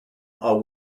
are